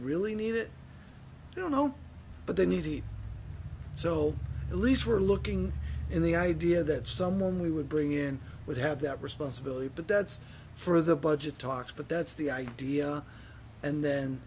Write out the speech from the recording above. really need it i don't know but the needy so at least were looking in the idea that someone we would bring in would have that responsibility but that's for the budget talks but that's the idea and then